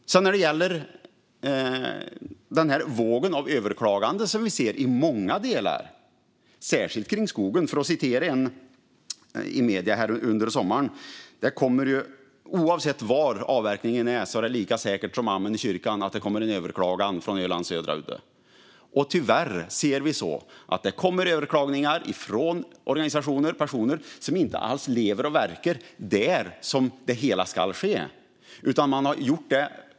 Vi ser en våg av överklaganden i många delar, särskilt kring skogen. Under sommaren var det någon som sa i medierna: Oavsett var avverkningen sker är det lika säkert som amen i kyrkan att det kommer en överklagan från Ölands södra udde. Tyvärr ser vi att det kommer överklaganden från organisationer och personer som inte alls lever och verkar där det hela ska ske.